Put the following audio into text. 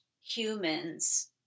humans